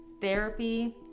Therapy